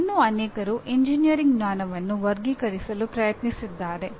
ಇನ್ನೂ ಅನೇಕರು ಎಂಜಿನಿಯರಿಂಗ್ ಜ್ಞಾನವನ್ನು ವರ್ಗೀಕರಿಸಲು ಪ್ರಯತ್ನಿಸಿದ್ದಾರೆ